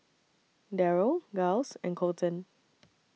Derald Giles and Colten